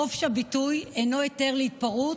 חופש הביטוי אינו היתר להתפרעות,